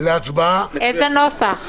אין לנו אופציה כזו.